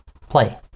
play